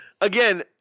again